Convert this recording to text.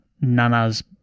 nana's